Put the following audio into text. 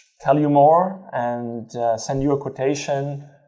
tell you more and send you a quotation.